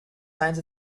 signs